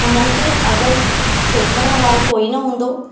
हुननि खे अगरि सेखारण वारो कोई न हूंदो